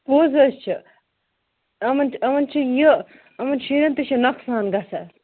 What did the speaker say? پوٚز حظ چھِ یِمَن تہِ یِمَن چھِ یہِ یِمَن شُرٮ۪ن تہِ چھِ نۄقصان گژھان